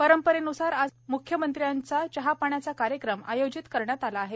परंपरेन्सार आज मुख्यमंत्र्यांचा चहापाण्याचा कार्यक्रम आयोजित करण्यात आला आहे